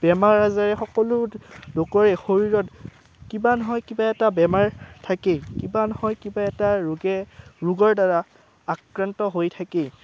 বেমাৰ আজাৰে সকলো লোকৰে শৰীৰত কিবা নহয় কিবা এটা বেমাৰ থাকেই কিবা নহয় কিবা এটা ৰোগে ৰোগৰ দ্বাৰা আক্ৰান্ত হৈ থাকেই